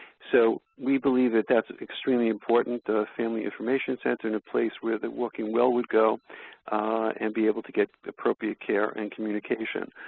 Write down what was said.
so, we believe that that's extremely important, the family information center and a place where the walking well would go and be able to get appropriate care and communication.